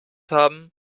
haben